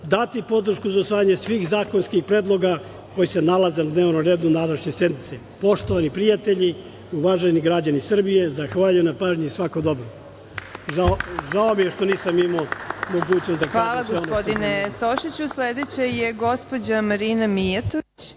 dati podršku za usvajanje svih zakonskih predloga koji se nalaze na dnevnom redu današnje sednice. Poštovani prijatelji, uvaženi građani Srbije, zahvaljujem na pažnji i svako dobro. Žao mi je što nisam imao mogućnost da kažem sve ono što sam imao. **Marina Raguš** Hvala, gospodine Stošiću. Sledeći je gospođa Marina Mijatović. Izvolite.